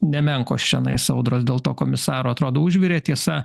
nemenkos čenais audros dėl to komisaro atrodo užvirė tiesa